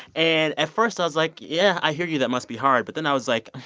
and at first, i was like, yeah, i hear you. that must be hard. but then i was like